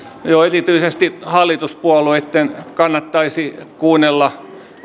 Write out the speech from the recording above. erityisesti hallituspuolueitten kannattaisi kuunnella